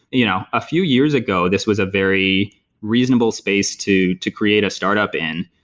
you know a few years ago, this was a very reasonable space to to create a startup in.